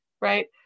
right